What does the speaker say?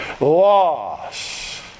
loss